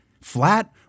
flat